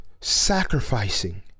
sacrificing